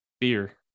beer